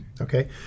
Okay